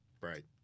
Right